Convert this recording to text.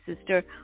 sister